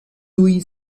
tuj